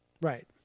Right